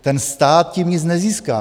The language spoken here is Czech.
Ten stát tím nic nezíská.